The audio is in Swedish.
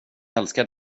älskar